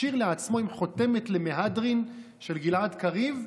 הכשיר לעצמו עם חותמת למהדרין של גלעד קריב,